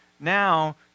Now